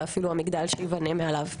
ואפילו המגדל שייבנה מעליו.